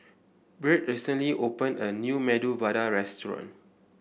Byrd recently open a new Medu Vada Restaurant